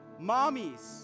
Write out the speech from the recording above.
mommies